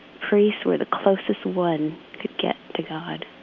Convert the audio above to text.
priests were the closest one to get to god.